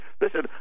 listen